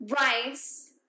rice